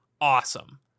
Awesome